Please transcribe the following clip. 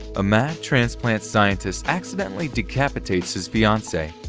a mad transplant scientist accidentally decapitates his fiancee,